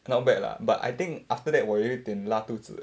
not bad lah but I think after that 我有一点拉肚子